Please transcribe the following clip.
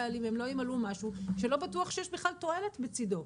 על אם הם לא ימלאו משהו שלא בטוח שיש בכלל תועלת בצדו.